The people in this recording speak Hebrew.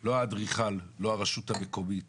ולא האדריכל, לא הרשות המקומית